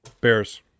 Bears